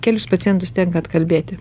kelis pacientus tenka atkalbėti